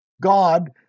God